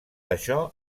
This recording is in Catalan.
això